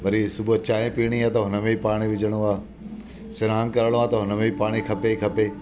वरी सुबुह चांहि पीअणी आहे त हुन में बि पाणी विझिणो आहे सनानु करिणो आहे त हुन में बि पाणी खपे ई खपे